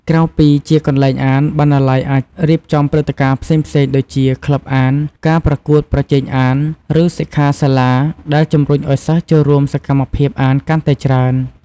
ក្រៅពីជាកន្លែងអាន បណ្ណាល័យអាចរៀបចំព្រឹត្តិការណ៍ផ្សេងៗដូចជា ក្លឹបអាន ការប្រកួតប្រជែងអាន ឬសិក្ខាសាលា ដែលជំរុញឱ្យសិស្សចូលរួមសកម្មភាពអានកាន់តែច្រើន។